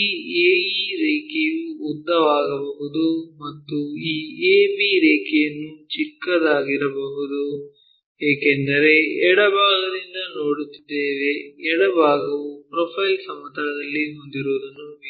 ಈ AE ರೇಖೆಯು ಉದ್ದವಾಗಬಹುದು ಮತ್ತು ಈ ab ರೇಖೆಯನ್ನು ಚಿಕ್ಕದಾಗಿರಬಹುದು ಏಕೆಂದರೆ ಎಡಭಾಗದಿಂದ ನೋಡುತ್ತಿದ್ದೇವೆ ಎಡಭಾಗವು ಪ್ರೊಫೈಲ್ ಸಮತಲನಲ್ಲಿ ಹೊಂದಿರುವದನ್ನು ವೀಕ್ಷಿಸುತ್ತೇವೆ